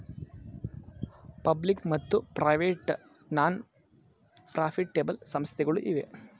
public ಮತ್ತು private non profitable ಸಂಸ್ಥೆಗಳು ಇವೆ